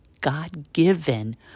God-given